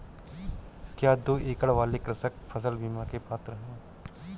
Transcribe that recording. क्या दो एकड़ वाले कृषक फसल बीमा के पात्र हैं?